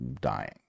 dying